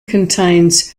contains